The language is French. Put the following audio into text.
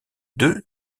deux